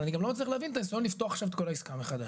אבל אני גם לא מצליח להבין את הניסיון שם לפתוח את כל העסקה מחדש.